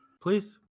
Please